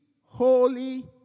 holy